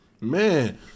Man